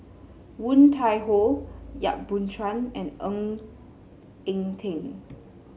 Woon Tai Ho Yap Boon Chuan and Ng Eng Teng